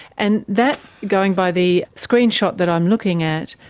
and that, going by the screenshot that i'm looking at,